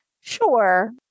sure